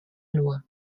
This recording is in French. loi